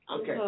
Okay